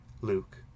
Luke